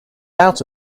out